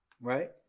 right